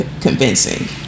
convincing